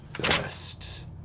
best